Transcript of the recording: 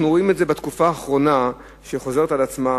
אנחנו רואים בתקופה האחרונה, וזה חוזר על עצמו.